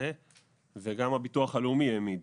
וגם הביטוח הלאומי העמיד